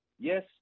Yes